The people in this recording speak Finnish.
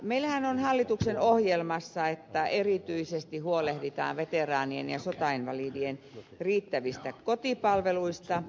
meillähän on hallituksen ohjelmassa että erityisesti huolehditaan veteraanien ja sotainvalidien riittävistä kotipalveluista